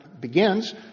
begins